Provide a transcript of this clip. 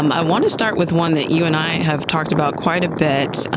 um i want to start with one that you and i have talked about quite a bit.